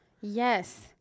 Yes